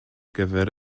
gyfer